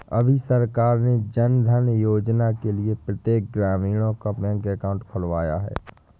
अभी सरकार ने जनधन योजना के लिए प्रत्येक ग्रामीणों का बैंक अकाउंट खुलवाया है